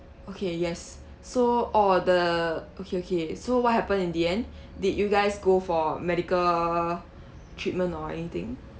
okay yes so orh the okay okay so what happened in the end did you guys go for medical treatment or anything